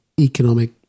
economic